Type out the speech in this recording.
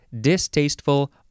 distasteful